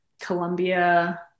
Colombia